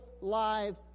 live